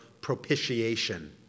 propitiation